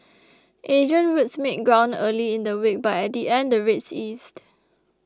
Asian routes made ground early in the week but at the end the rates eased